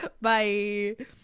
Bye